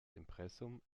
impressum